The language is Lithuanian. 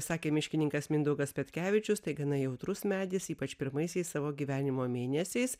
sakė miškininkas mindaugas petkevičius tai gana jautrus medis ypač pirmaisiais savo gyvenimo mėnesiais